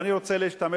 ואני רוצה להשתמש